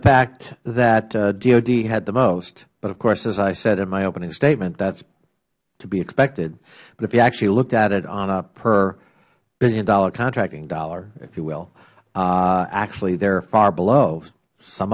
fact that dod had the most but of course as i said in my opening statement that is to be expected but if you actually looked at it on a per billion dollar contracting dollar if you will actually they are far below some